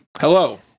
Hello